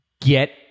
get